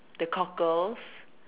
the cockles